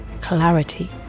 clarity